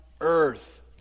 earth